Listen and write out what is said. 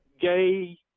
gay